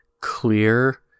clear